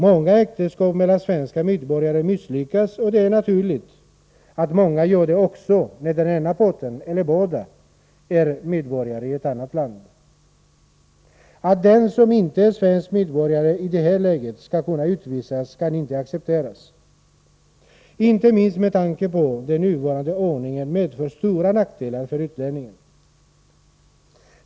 Många äktenskap mellan svenska medborgare misslyckas, och det är naturligt att många gör det också när den ena parten eller båda är medborgare i ett annat land. Att den som inte är svensk medborgare i det läget skall kunna utvisas kan inte accepteras, inte minst med tanke på att den nuvarande ordningen medför stora nackdelar för utlänningar.